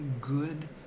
good